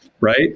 right